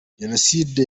jenoside